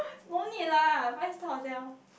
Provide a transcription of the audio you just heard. no need lah five star hotel